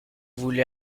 voulez